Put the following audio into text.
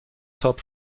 تاپ